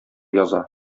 яза